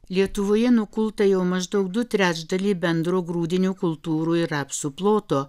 lietuvoje nukulta jau maždaug du trečdaliai bendro grūdinių kultūrų ir rapsų ploto